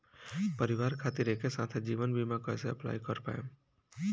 परिवार खातिर एके साथे जीवन बीमा कैसे अप्लाई कर पाएम?